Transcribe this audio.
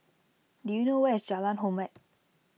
do you know where is Jalan Hormat